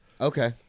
Okay